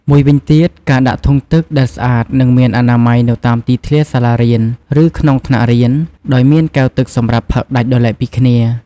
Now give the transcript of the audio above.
មួយវិញទៀតការដាក់ធុងទឹកដែលស្អាតនិងមានអនាម័យនៅតាមទីធ្លាសាលារៀនឬក្នុងថ្នាក់រៀន ដោយមានកែវសម្រាប់ផឹកដាច់ដោយឡែកពីគ្នា។